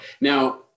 Now